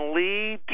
lead